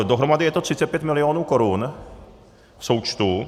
Dohromady je to 35 milionů korun v součtu.